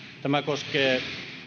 tämä koskee